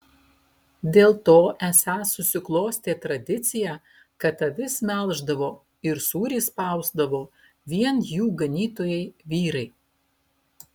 dėl to esą susiklostė tradicija kad avis melždavo ir sūrį spausdavo vien jų ganytojai vyrai